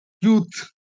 youth